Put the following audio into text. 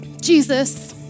Jesus